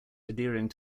adhering